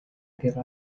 guerra